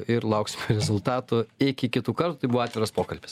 ir lauksime rezultatų iki kitų kartų tai buvo atviras pokalbis